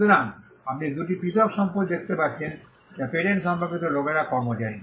সুতরাং আপনি দুটি পৃথক সম্পত্তি দেখতে পাচ্ছেন যা পেটেন্ট সম্পর্কিত লোকেরা কর্মচারী